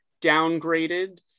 downgraded